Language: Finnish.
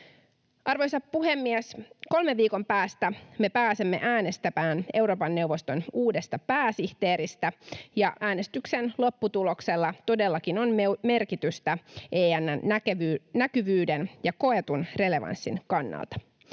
Arvoisa puhemies! Kolmen viikon päästä me pääsemme äänestämään Euroopan neuvoston uudesta pääsihteeristä, ja äänestyksen lopputuloksella todellakin on merkitystä EN:n näkyvyyden ja koetun relevanssin kannalta.